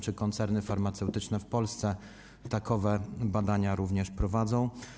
Czy koncerny farmaceutyczne w Polsce takowe badania również prowadzą?